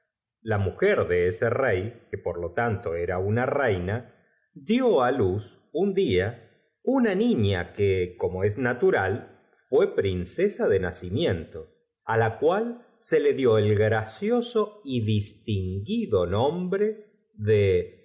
la mujer de eso rey que por lo tanto era una reina dió á luz un dla una oida que como es natural fué princesa de na j t cimiento á la cual se le dió el gracioso y distinguido oombte de